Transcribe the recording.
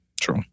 True